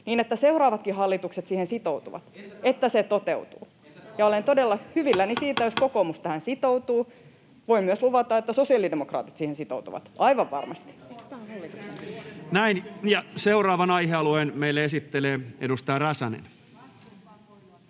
niin että seuraavatkin hallitukset siihen sitoutuvat. Olen todella hyvilläni siitä, jos kokoomus tähän sitoutuu. Voin myös luvata, että sosiaalidemokraatit siihen sitoutuvat, aivan varmasti. Seuraavan aihealueen meille esittelee edustaja Räsänen.